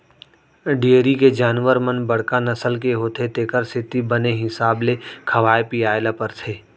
dairy के जानवर मन बड़का नसल के होथे तेकर सेती बने हिसाब ले खवाए पियाय ल परथे